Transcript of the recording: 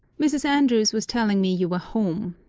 mrs. andrews was telling me you were home.